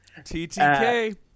TTK